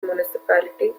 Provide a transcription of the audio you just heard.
municipality